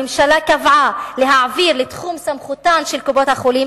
הממשלה קבעה להעביר לסמכותן של קופות-החולים